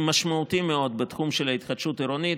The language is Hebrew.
משמעותיים מאוד בתחום של ההתחדשות העירונית,